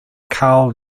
carl